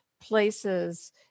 places